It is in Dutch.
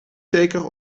zeker